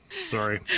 Sorry